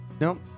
Nope